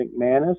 McManus